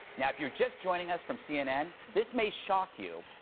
now, if you're just joining us from cnn, this may shock you,